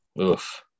Oof